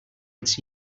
its